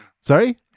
Sorry